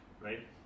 right